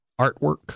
Artwork